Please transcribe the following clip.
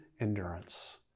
endurance